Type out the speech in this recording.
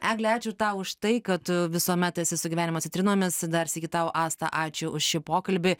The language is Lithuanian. egle ačiū tau už tai kad tu visuomet esi su gyvenimo citrinomis dar sykį tau asta ačiū už šį pokalbį